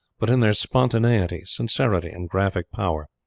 but in their spontaneity, sincerity, and graphic power.